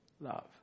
love